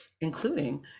including